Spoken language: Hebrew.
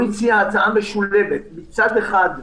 הוא הציע הצעה משולבת: מצד אחד,